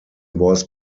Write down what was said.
was